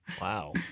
Wow